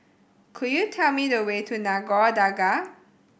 could you tell me the way to Nagore Dargah